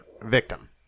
victim